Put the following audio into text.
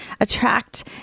attract